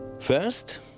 First